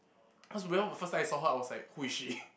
cause remember the first time I saw her I was like who is she